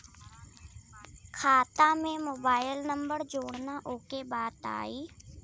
खाता में mobile number जोड़ना ओके बताई?